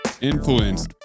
influenced